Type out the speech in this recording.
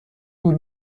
طول